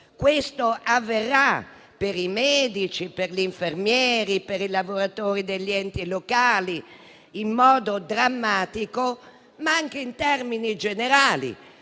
e avverrà per i medici, per gli infermieri e per i lavoratori degli enti locali in modo drammatico, anche in termini generali: